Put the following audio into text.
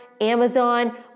Amazon